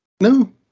No